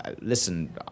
Listen